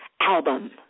album